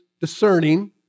discerning